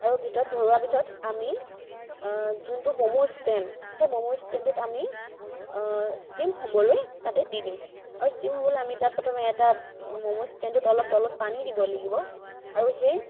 আৰু ভিতৰত ভৰোৱা পিছত আমি যোনটো মমো ষ্টেণ্ড সেই মমো ষ্টেণ্ডটোত আমি ষ্টীম হ'বলৈ তাতে দি দিম আৰু ষ্টীম হ'বলৈ আমি তাত প্ৰথমে এটা মমো ষ্টেণ্ডত তলত অলপ পানী দিব লাগিব আৰু সেই